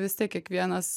vis tiek kiekvienas